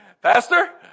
Pastor